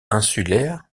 insulaires